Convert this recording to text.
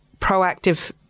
proactive